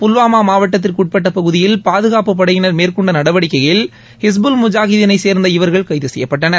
புல்வாமா மாவட்டத்திற்கு உட்பட்ட பகுதியில் பாதுகாப்புப் படையினர் மேற்கொண்ட நடவடிக்கைகளில் ஹிஸ் புல் முஜாகிதீனை சேர்ந்த இவர்கள் கைது செய்யப்பட்டனர்